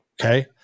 Okay